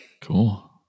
Cool